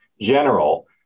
general